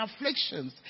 afflictions